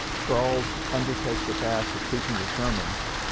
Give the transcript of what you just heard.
charles under takes the task of preaching the sermon.